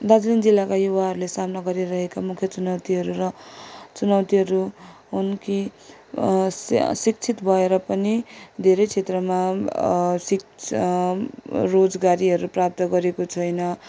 दार्जिलिङ जिल्लाका युवाहरूले सामना गर्नु परिरहेका मुख्य चुनौतीहरू र चुनौतीहरू हुन् कि शिक्षित भएर पनि धेरै क्षेत्रमा सिक रोजगारीहरू प्राप्त गरेको छैन